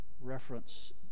reference